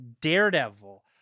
Daredevil